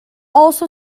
also